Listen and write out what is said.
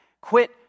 Quit